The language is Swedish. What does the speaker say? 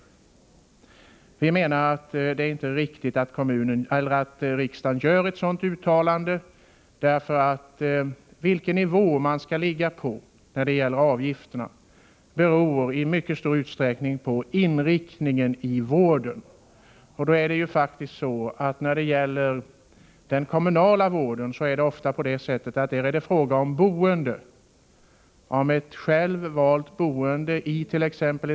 Vi menar att det inte är riktigt att riksdagen gör ett sådant uttalande. Vilken nivå man skall ligga på när det gäller avgifterna beror i mycket stor utsträckning på inriktningen i vården. Den kommunala vården gäller ofta ett boende, alltså ett självvalt boende it.ex.